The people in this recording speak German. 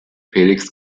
felix